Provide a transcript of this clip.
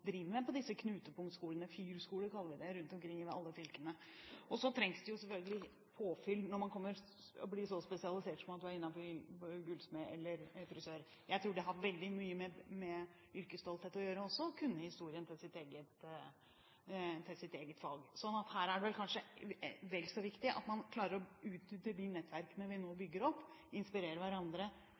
på disse knutepunktskolene – fyrtårnskoler kaller vi dem – rundt omkring i alle fylkene. Det trengs selvfølgelig påfyll når man blir så spesialisert som man blir innenfor gullsmed- eller frisørfaget. Jeg tror det også har veldig mye med yrkesstolthet å gjøre, å kunne historien til sitt eget fag. Så her er det kanskje vel så viktig at man klarer å utnytte de nettverkene vi nå bygger opp, inspirere hverandre